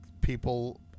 people